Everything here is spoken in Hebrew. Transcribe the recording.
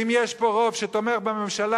ואם יש פה רוב שתומך בממשלה,